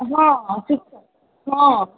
हँ शिक्षक हँ हँ